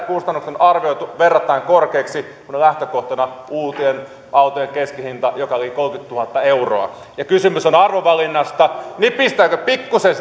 kustannukset on arvioitu verrattain korkeiksi kun on lähtökohtana uusien autojen keskihinta joka on yli kolmekymmentätuhatta euroa kysymys on on arvovalinnasta nipistetäänkö pikkuisen